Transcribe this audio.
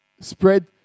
spread